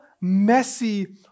messy